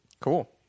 cool